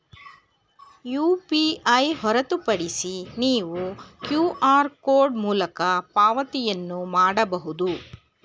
UPI ಹೊರತುಪಡಿಸಿ ನೀವು QR code ಮೂಲಕ ಪಾವತಿಯನ್ನು ಮಾಡಬಹುದು